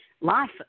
life